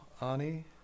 Ani